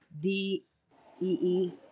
D-E-E